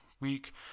week